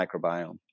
microbiome